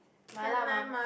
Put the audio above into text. mala mah